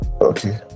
okay